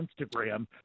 Instagram